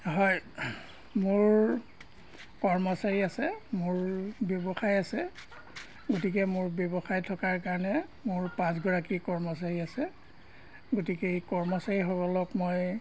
হয় মোৰ কৰ্মচাৰী আছে মোৰ ব্যৱসায় আছে গতিকে মোৰ ব্যৱসায় থকাৰ কাৰণে মোৰ পাঁচগৰাকী কৰ্মচাৰী আছে গতিকে এই কৰ্মচাৰীসকলক মই